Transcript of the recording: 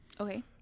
Okay